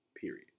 period